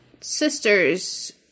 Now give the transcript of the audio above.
sisters